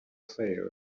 sale